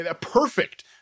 perfect